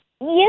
Yes